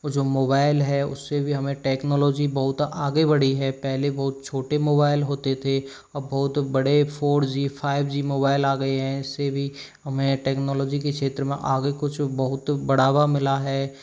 और जो मोबाइल है उससे भी हमे टेक्नोलॉजी बहुत आगे बढ़ी है पहले बहुत छोटे मोबाइल होते थे अब बहुत बड़े four G five G mobile आ गए हैं इससे भी हमें टेक्नोलॉजी के क्षेत्र में आगे कुछ बहुत बढ़ावा मिला है